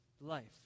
life